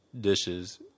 dishes